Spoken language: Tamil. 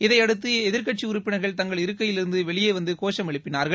இதையடுத்து எதிர்க்கட்சி உறுப்பினர்கள் தங்கள் இருக்கையிலிருந்து வெளியே வந்து கோஷம் எழுப்பினார்கள்